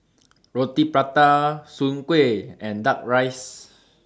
Roti Prata Soon Kway and Duck Rice